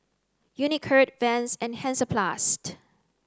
Unicurd Vans and Hansaplast